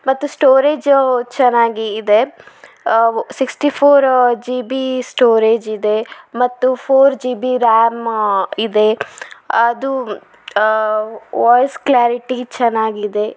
ಮತ್ತು ಸ್ಟೋರೇಜ್ ಚೆನ್ನಾಗಿ ಇದೆ sixty four G B storage ಇದೆ ಮತ್ತು ಫೋರ್ ಜಿ ಬಿ ರ್ಯಾಮ್ ಇದೆ ಅದು ವಾಯ್ಸ್ ಕ್ಲ್ಯಾರಿಟಿ ಚೆನ್ನಾಗಿದೆ